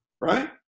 right